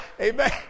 Amen